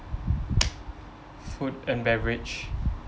food and beverage